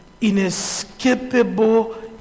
inescapable